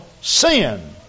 sin